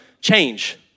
change